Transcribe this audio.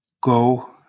go